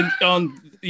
On